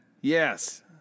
Yes